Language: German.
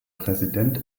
präsident